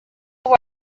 where